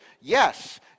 yes